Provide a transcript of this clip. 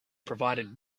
provided